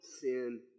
sin